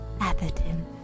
Atherton